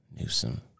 Newsom